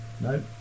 No